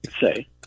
say